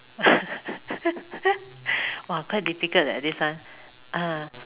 !wah! difficult leh this one ah